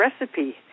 recipe